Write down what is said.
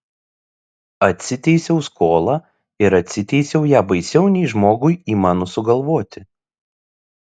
atsiteisiau skolą ir atsiteisiau ją baisiau nei žmogui įmanu sugalvoti